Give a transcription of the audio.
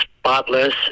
spotless